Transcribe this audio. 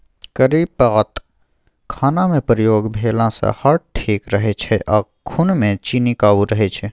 करी पात खानामे प्रयोग भेलासँ हार्ट ठीक रहै छै आ खुनमे चीन्नी काबू रहय छै